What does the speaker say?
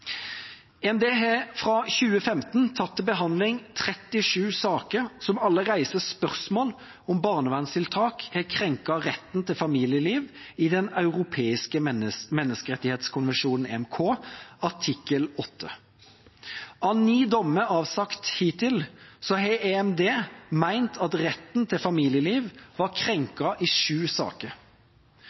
har fra 2015 hatt til behandling 37 saker som alle reiser spørsmål om barnevernstiltak har krenket retten til familieliv i Den europeiske menneskerettskonvensjon, EMK, artikkel 8. Av ni dommer avsagt hittil har EMD ment at retten til familieliv var krenket i sju saker.